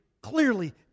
clearly